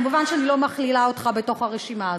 מובן שאני לא מכלילה אותך בתוך הרשימה הזאת,